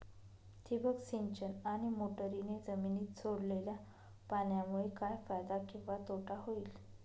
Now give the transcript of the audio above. ठिबक सिंचन आणि मोटरीने जमिनीत सोडलेल्या पाण्यामुळे काय फायदा किंवा तोटा होईल?